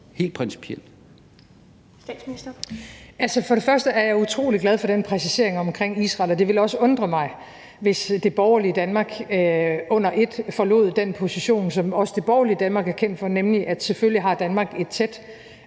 Statsministeren (Mette Frederiksen): For det første er jeg utrolig glad for den præcisering om Israel, og det ville også undre mig, hvis det borgerlige Danmark under ét forlod den position, som også det borgerlige Danmark er kendt for, nemlig at Danmark selvfølgelig har et tæt